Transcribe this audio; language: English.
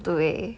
对